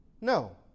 No